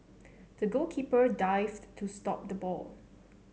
the goalkeeper dived to stop the ball